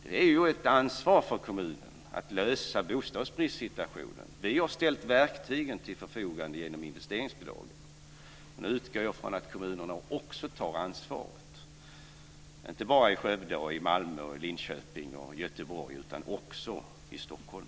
Det är ju ett ansvar för kommunen att lösa bostadsbristsituationen. Vi har ställt verktygen till förfogande genom investeringsbidragen, och nu utgår jag från att kommunerna också tar ansvaret, inte bara i Skövde, Malmö, Linköping och Göteborg, utan också i Stockholm.